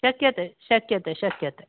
शक्यते शक्यते शक्यते